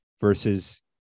versus